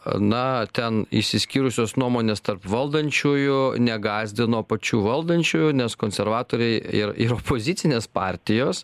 na ten išsiskyrusios nuomonės tarp valdančiųjų negąsdino pačių valdančiųjų nes konservatoriai ir ir opozicinės partijos